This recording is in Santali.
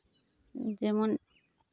ᱡᱮᱢᱚᱱ